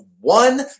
one